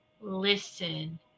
listen